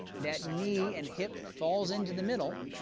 that knee and hip falls into the middle.